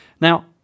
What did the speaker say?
Now